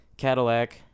Cadillac